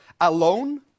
alone